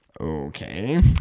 Okay